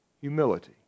humility